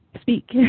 speak